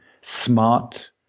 smart